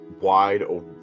wide